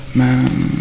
man